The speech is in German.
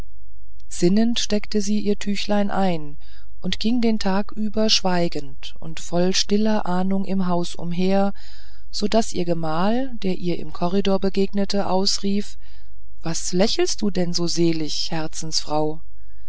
sinnend steckte sie ihr tüchlein ein und ging den tag über schweigend und voll stiller ahnung im hause umher so daß ihr gemahl der ihr im korridor begegnete ausrief was lächelst du denn so selig herzensfraue